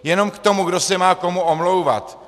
Jenom k tomu, kdo se má komu omlouvat.